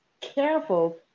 careful